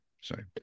Sorry